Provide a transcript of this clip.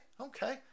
okay